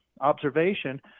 observation